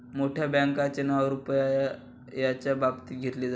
मोठ्या बँकांचे नाव रुपयाच्या बाबतीत घेतले जाते